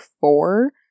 four